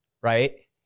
right